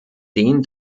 dem